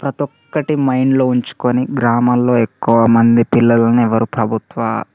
ప్రతి ఒకటి మైండ్లో ఉంచుకొని గ్రామాలలో ఎక్కువ మంది పిల్లలను ఎవరు ప్రభుత్వ